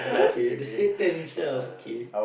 K the Satan itself okay